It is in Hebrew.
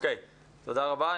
תודה רבה.